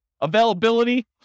Availability